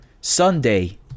Sunday